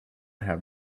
have